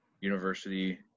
University